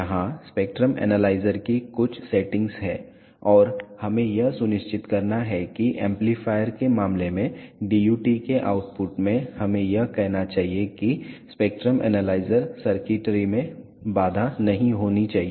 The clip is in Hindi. यहाँ स्पेक्ट्रम एनालाइजर की कुछ सेटिंग्स हैं और हमें यह सुनिश्चित करना है कि एम्पलीफायर के मामले में DUT के आउटपुट में हमें यह कहना चाहिए कि स्पेक्ट्रम एनालाइजर सर्किटरी में बाधा नहीं होनी चाहिए